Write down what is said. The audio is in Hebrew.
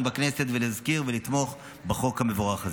בכנסת להזכיר ולתמוך בחוק המבורך הזה.